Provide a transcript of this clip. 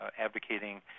advocating